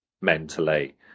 mentally